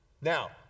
Now